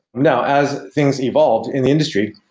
now, as things evolved in the industry,